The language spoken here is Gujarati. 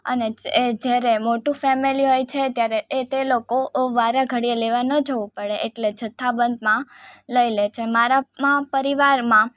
અને એ જ્યારે મોટું ફેમેલી હોય છે ત્યારે એ તે લોકો વારેઘડીએ લેવા ન જવું પડે એટલે જથ્થાબંધમાં લઈ લે છે મારામાં પરિવારમાં